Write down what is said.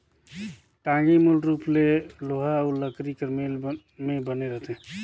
टागी मूल रूप ले लोहा अउ लकरी कर मेल मे बने रहथे